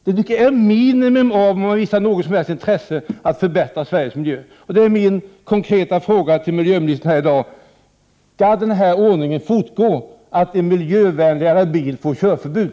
Jag tycker att det hela visar på ett minimalt intresse för att förbättra Sveriges miljö. Min konkreta fråga till miljöministern i dag blir: Skall den här ordningen få fortsätta att gälla, dvs. att en miljövänligare bil får körförbud?